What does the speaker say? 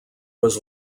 was